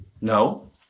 No